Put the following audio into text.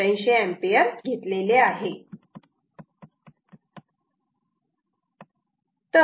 85 ampere घेतले आहे